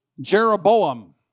Jeroboam